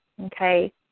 okay